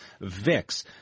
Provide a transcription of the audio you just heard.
VIX